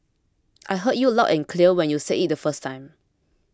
I heard you loud and clear when you said it the first time